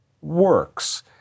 works